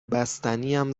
بستنیم